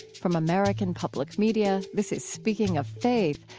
from american public media, this is speaking of faith,